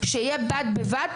שיהיה בד-בבד,